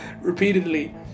Repeatedly